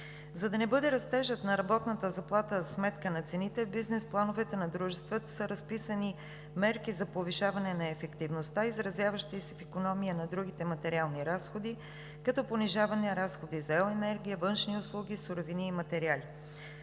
За да не бъде растежът на работната заплата за сметка на цените, в бизнес плановете на дружествата са разписани мерки за повишаване на ефективността, изразяващи се в икономия на другите материални разходи, като понижаване на разходите за електроенергия, външни услуги, суровини и материали.